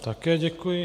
Také děkuji.